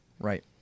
Right